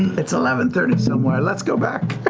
it's eleven thirty somewhere, let's go back.